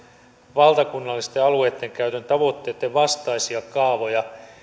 valtakunnallisten alueidenkäytön tavoitteitten vastaisia kaavoja